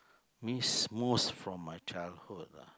miss most from my childhood lah